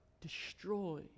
destroy